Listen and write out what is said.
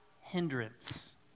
hindrance